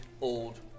old